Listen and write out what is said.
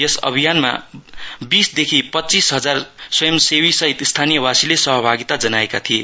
यस अभियानमा बीसदेखि पच्चिस हजार सेवादलसित स्थानीयवासीले सहभागिता जनाएका थिए